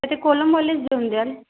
ते कोलमवालेच देऊन द्याल